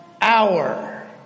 hour